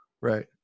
Right